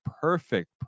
perfect